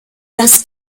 das